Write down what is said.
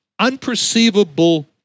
unperceivable